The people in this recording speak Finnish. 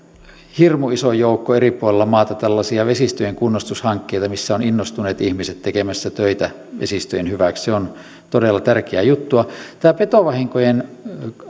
hirmu iso joukko tällaisia vesistöjen kunnostushankkeita missä ovat innostuneet ihmiset tekemässä töitä vesistöjen hyväksi se on todella tärkeä juttu tämä petovahinkojen